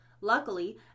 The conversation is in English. Luckily